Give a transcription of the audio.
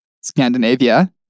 Scandinavia